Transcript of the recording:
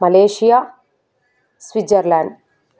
Malaysia Switzerland